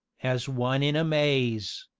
as one in amaze.